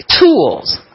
Tools